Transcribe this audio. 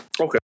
Okay